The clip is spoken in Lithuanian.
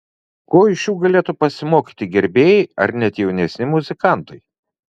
ko iš jų galėtų pasimokyti gerbėjai ar net jaunesni muzikantai